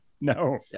No